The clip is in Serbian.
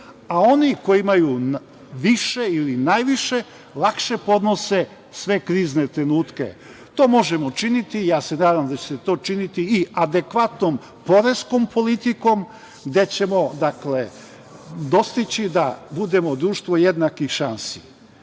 a oni koji imaju više ili najviše lakše podnose sve krizne trenutke. To možemo činiti. Ja se nadam da će se to činiti i adekvatnom poreskom politikom, gde ćemo dostići da budemo društvo jednakih šansi.I,